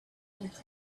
and